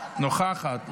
נוכחת.